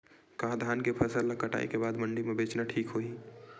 का धान के फसल ल कटाई के बाद मंडी म बेचना ठीक होही?